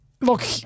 Look